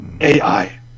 AI